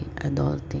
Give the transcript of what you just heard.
adulting